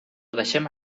deixem